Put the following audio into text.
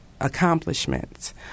accomplishments